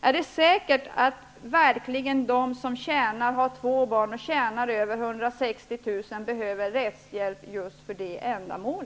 Är det säkert att de som har två barn och tjänar över 160 000 kr. behöver rättshjälp just för detta ändamål?